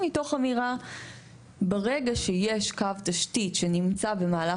מתוך אמירה שברגע שיש קו תשתית שנמצא במהלך